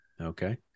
Okay